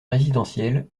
résidentiel